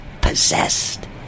possessed